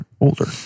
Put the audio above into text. older